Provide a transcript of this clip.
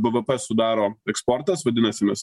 bvp sudaro eksportas vadinasi mes